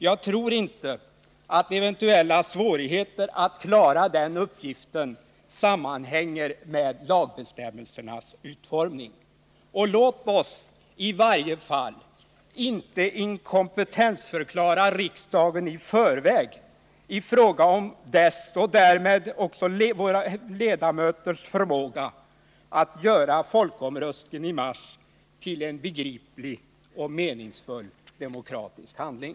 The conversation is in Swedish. Jag tror inte att eventuella svårigheter att klara den uppgiften sammanhänger med lagbestämmelsernas utformning. Och låt oss i varje fall inte inkompetensförklara riksdagen i förväg i fråga om ledamöternas förmåga att göra folkomröstningen i mars till en begriplig och meningsfull demokratisk handling.